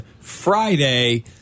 Friday